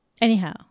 Anyhow